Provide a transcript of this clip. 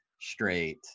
straight